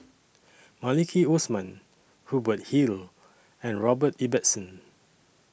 Maliki Osman Hubert Hill and Robert Ibbetson